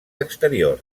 exterior